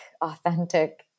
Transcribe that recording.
authentic